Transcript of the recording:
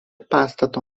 pastato